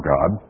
God